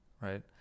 right